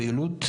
הפעילות,